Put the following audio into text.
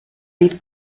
fydd